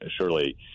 Surely